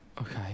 Okay